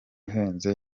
uhenze